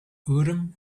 urim